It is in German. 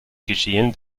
geschehen